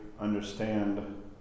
understand